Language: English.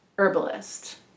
Herbalist